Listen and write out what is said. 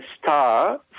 star